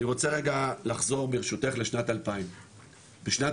אני רוצה רגע לחזור ברשותך לשנת 2000. בשנת